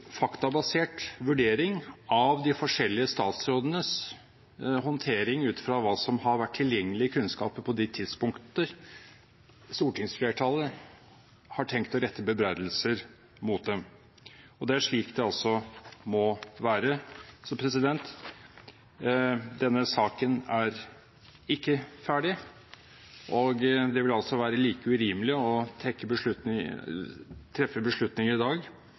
faktabasert vurdering av de forskjellige statsrådenes håndtering ut fra hva som har vært tilgjengelig kunnskap på de tidspunkter stortingsflertallet har tenkt å rette bebreidelser mot dem. Det er slik det må være. Denne saken er ikke ferdig, og det ville være like urimelig å treffe beslutninger i dag